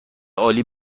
عالی